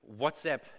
WhatsApp